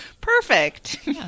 Perfect